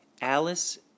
Alice